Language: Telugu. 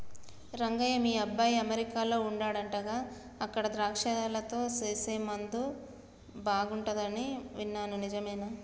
రంగయ్య మీ అబ్బాయి అమెరికాలో వుండాడంటగా అక్కడ ద్రాక్షలతో సేసే ముందు బాగుంటది అని విన్నాను నిజమేనా